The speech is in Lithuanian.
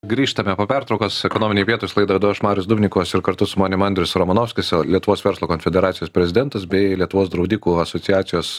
grįžtame po pertraukos ekonominiai pietūs laidą vedu aš marius dubnikovas ir kartu su manim andrius romanovskis lietuvos verslo konfederacijos prezidentas bei lietuvos draudikų asociacijos